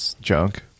Junk